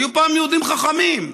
היו פעם יהודים חכמים,